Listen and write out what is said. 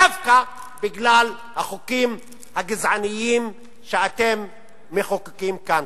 דווקא בגלל החוקים הגזעניים שאתם מחוקקים כאן.